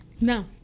No